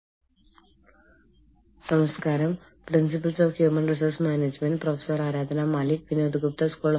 NPTEL മുഖേനയുള്ള principles of human resource management എന്ന കോഴ്സിലേക്ക് വീണ്ടും സ്വാഗതം